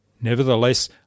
Nevertheless